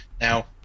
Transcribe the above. now